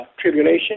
Tribulation